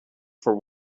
for